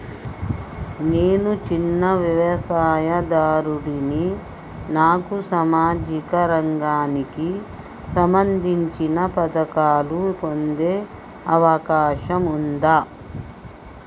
నేను చిన్న వ్యవసాయదారుడిని నాకు సామాజిక రంగానికి సంబంధించిన పథకాలు పొందే అవకాశం ఉందా?